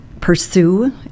pursue